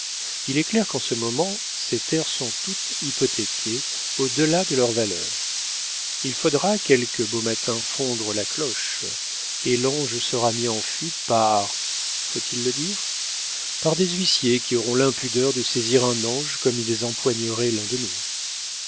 il est clair qu'en ce moment ses terres sont toutes hypothéquées au delà de leur valeur il faudra quelque beau matin fondre la cloche et l'ange sera mis en fuite par faut-il le dire par des huissiers qui auront l'impudeur de saisir un ange comme ils empoigneraient l'un de nous